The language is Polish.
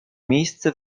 miejsce